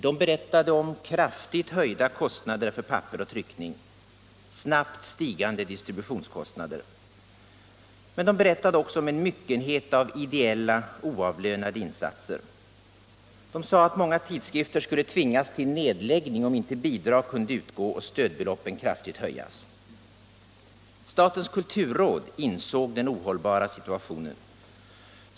De berättade om kraftigt höjda kostnader för papper och tryckning och snabbt stigande distrubitionskostnader. Men de berättade också om en myckenhet av ideella oavlönade insatser. De sade att många tidskrifter skulle tvingas till nedläggning om inte bidrag kunde utgå och stödbeloppen kraftigt höjas. Statens kulturråd insåg den ohållbara situationen.